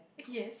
yes